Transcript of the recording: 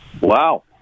Wow